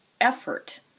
effort